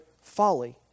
folly